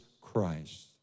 Christ